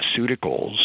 pharmaceuticals